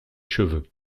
cheveux